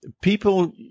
People